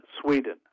Sweden